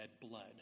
blood